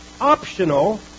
optional